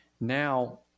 Now